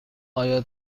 آیا